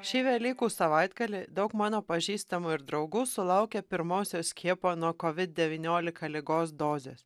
šį velykų savaitgalį daug mano pažįstamų ir draugų sulaukė pirmosios skiepo nuo kovid devyniolika ligos dozės